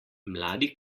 mladi